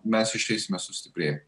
mes išeisime sustiprėję